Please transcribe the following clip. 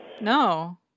No